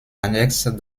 annexes